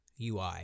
UI